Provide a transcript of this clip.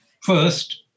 First